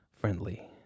friendly